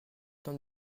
temps